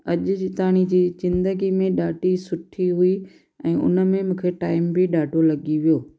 अॼ जी ताईं जी ज़िन्दगी में ॾाढी सुठी हुई ऐं उन में मूंखे टाइम बि ॾाढो लॻी वियो